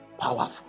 powerful